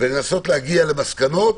ולנסות להגיע למסקנות,